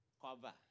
cover